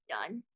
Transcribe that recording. Done